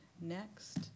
next